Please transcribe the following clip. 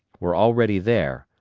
were already there,